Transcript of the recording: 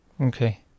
Okay